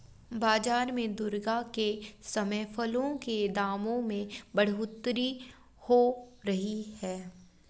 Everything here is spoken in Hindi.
बाजार में दुर्गा पूजा के समय फलों के दामों में बढ़ोतरी हो जाती है